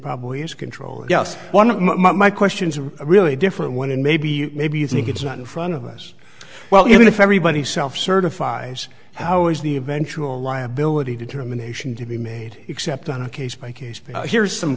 probably is controlled yes one of my questions are really different one and maybe maybe you think it's not in front of us well even if everybody self certifies how is the eventual liability determination to be made except on a case by case basis here's some